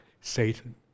Satan